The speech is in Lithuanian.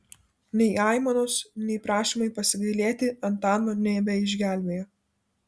nei aimanos nei prašymai pasigailėti antano nebeišgelbėjo